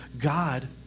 God